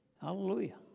Hallelujah